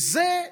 אני מאמין,